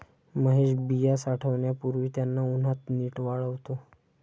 महेश बिया साठवण्यापूर्वी त्यांना उन्हात नीट वाळवतो